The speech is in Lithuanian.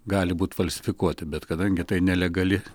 gali būt falsifikuoti bet kadangi tai nelegali